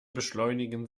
beschleunigen